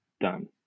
done